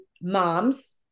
moms